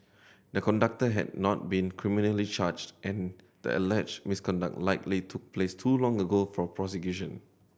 the conductor had not been criminally charged and the alleged misconduct likely took place too long ago for prosecution